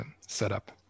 setup